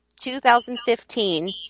2015